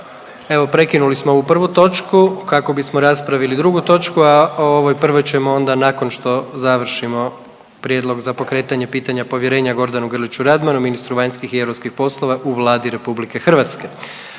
evo prekinuli smo ovu prvu točku kako bismo raspravili drugu točku, a o ovoj prvoj ćemo onda nakon što završimo - Prijedlog za pokretanje pitanja povjerenja Gordanu Grliću Radmanu, ministru vanjskih i europskih poslova u Vladi RH Predlagatelji